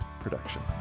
production